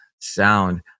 sound